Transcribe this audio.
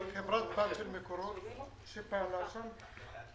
שהיא חברת בת של מקורות שהוקמה לפני כ-18 שנה.